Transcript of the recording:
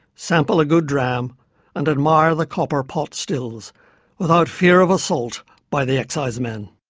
sample a good dram and admire the copper pot stills without fear of assault by the excisemen.